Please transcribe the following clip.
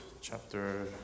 chapter